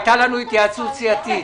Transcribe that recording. הייתה לנו התייעצות סיעתית.